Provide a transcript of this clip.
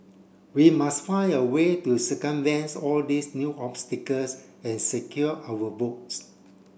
we must find a way to circumvents all these new obstacles and secure our votes